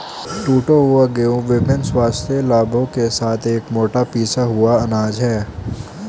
टूटा हुआ गेहूं विभिन्न स्वास्थ्य लाभों के साथ एक मोटा पिसा हुआ अनाज है